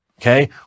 Okay